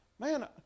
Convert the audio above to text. Man